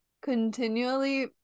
continually